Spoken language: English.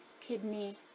kidney